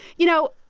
you know,